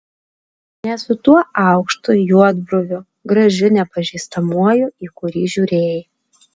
ne su tuo aukštu juodbruviu gražiu nepažįstamuoju į kurį žiūrėjai